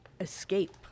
Escape